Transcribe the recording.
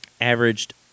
averaged